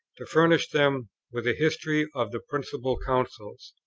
to furnish them with a history of the principal councils.